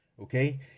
Okay